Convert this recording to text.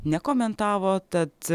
nekomentavo tad